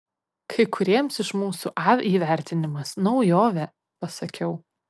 kai kuriems iš mūsų a įvertinimas naujovė pasakiau